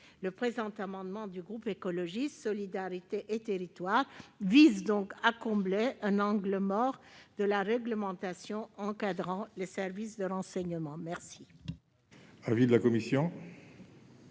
Le présent amendement du groupe Écologiste - Solidarité et Territoires vise donc à combler un angle mort de la réglementation encadrant les services de renseignement. Quel